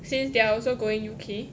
since they are also going U_K